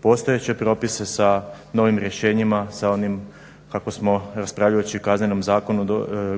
postojeće propise sa novim rješenjima, sa onim kako smo raspravljajući o Kaznenom zakonu